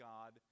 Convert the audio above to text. God